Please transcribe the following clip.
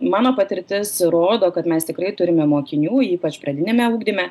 mano patirtis rodo kad mes tikrai turime mokinių ypač pradiniame ugdyme